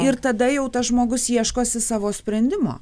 ir tada jau tas žmogus ieškosi savo sprendimo